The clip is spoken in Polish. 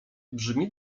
brzmi